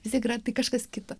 vistiek yra tai kažkas kita